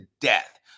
death